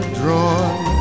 drawn